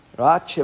right